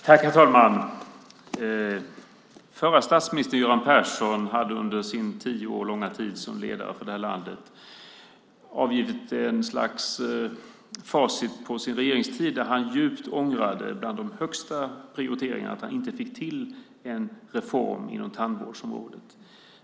Herr talman! Efter sin tio år långa tid som ledare för det här landet avgav förre statsministern Göran Persson ett slags facit på sin regeringstid där han djupt ångrade att han inte prioriterade att få till en reform på tandvårdsområdet.